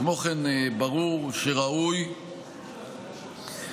כמו כן, ברור שראוי שתהיה